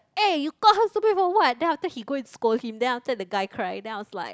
eh you call her stupid for what then after he go and scold him then after the guy cry then I was like